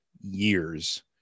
years